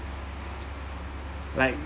like